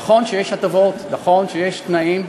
נכון שיש הטבות, נכון שיש תנאים,